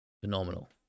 phenomenal